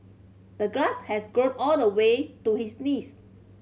the grass has grown all the way to his knees